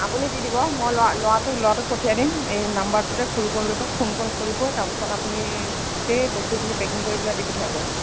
আপুনি দি দিব মই ল'ৰা ল'ৰাটো ল'ৰাটোক পঠিয়াই দিম এই নাম্বাৰটোতে ফোন কল কৰিব ফোন কল কৰিব তাৰ পাছত আপুনি এই গোটেই বস্তুখিনি পেকিং কৰি পেলাই দি পঠিয়াব